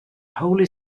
holy